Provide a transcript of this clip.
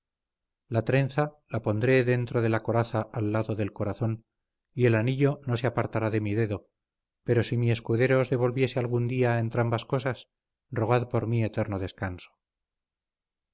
la trenza la pondré dentro de la coraza al lado del corazón y el anillo no se apartará de mi dedo pero si mi escudero os devolviese algún día entrambas cosas rogad por mi eterno descanso